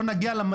ולכן אני מצביע,